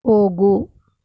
ಹೋಗು